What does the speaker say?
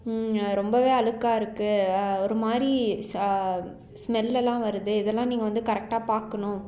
ரொம்பவே அழுக்காக இருக்குது ஒரு மாதிரி ச ஸ்மெல் எல்லாம் வருது இதெல்லாம் நீங்கள் வந்து கரெக்டாக பார்க்கணும்